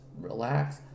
relax